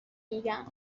میگم